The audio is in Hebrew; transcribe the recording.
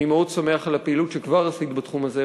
אני מאוד שמח על הפעילות שכבר עשית בתחום הזה,